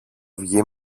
βγει